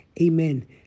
Amen